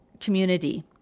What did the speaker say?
community